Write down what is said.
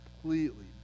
completely